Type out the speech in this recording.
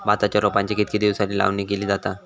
भाताच्या रोपांची कितके दिसांनी लावणी केली जाता?